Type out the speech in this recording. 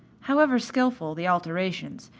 however skilful the alterations,